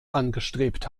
angestrebt